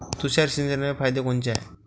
तुषार सिंचनाचे फायदे कोनचे हाये?